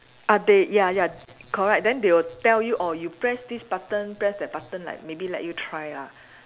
update ya ya correct then they will tell you orh you press this button press that button like maybe let you try ah